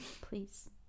Please